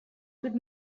could